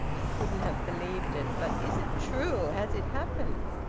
i couldn't have believed it. but is it true? has it happened?